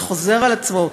זה חוזר על עצמו,